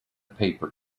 paper